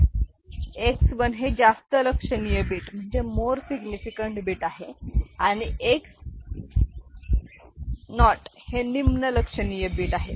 X 1 हे जास्त लक्षणीय बीट आहे आणि X 0 हे निम्न लक्षणीय बीट आहे